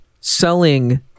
selling